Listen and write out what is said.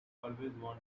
wanted